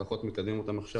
לפחות מקדמים אותם עכשיו.